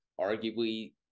arguably